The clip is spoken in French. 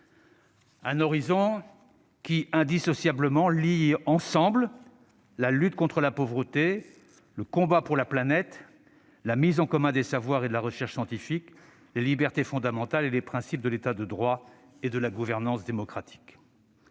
Un horizon qui, indissociablement, lie ensemble la lutte contre la pauvreté, le combat pour la planète, la mise en commun des savoirs et de la recherche scientifiques, les libertés fondamentales et les principes de l'État de droit et de la gouvernance démocratique.